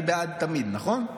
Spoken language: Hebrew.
אני בעד תמיד, נכון?